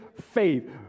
faith